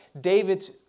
David